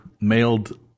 mailed